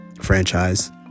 franchise